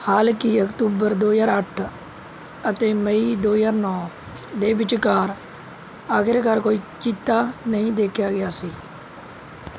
ਹਲਾਂਕਿ ਅਕਤੂਬਰ ਦੋ ਹਜ਼ਾਰ ਅੱਠ ਅਤੇ ਮਈ ਦੋ ਹਜ਼ਾਰ ਨੌ ਦੇ ਵਿਚਕਾਰ ਆਖ਼ਰਕਾਰ ਕੋਈ ਚੀਤਾ ਨਹੀਂ ਦੇਖਿਆ ਗਿਆ ਸੀ